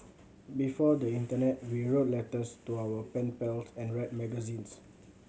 before the internet we wrote letters to our pen pals and read magazines